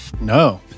No